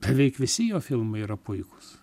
beveik visi jo filmai yra puikūs